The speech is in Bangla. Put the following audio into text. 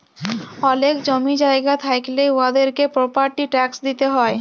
অলেক জমি জায়গা থ্যাইকলে উয়াদেরকে পরপার্টি ট্যাক্স দিতে হ্যয়